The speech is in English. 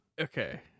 Okay